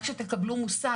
רק שתקבלו מושג,